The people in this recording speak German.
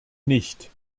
nicht